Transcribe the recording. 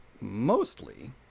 mostly